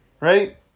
right